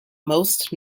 most